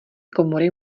komory